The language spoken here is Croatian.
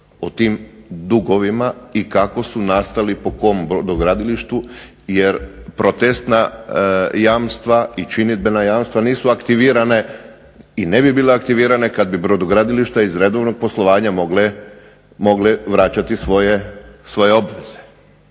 o tim dugovima i kako su nastali, po kom brodogradilištu jer protestna jamstva i činidbena jamstva nisu aktivirana i ne bi bila aktivirana kad bi brodogradilišta iz redovnog poslovanja mogla vraćati svoje obveze.